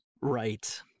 Right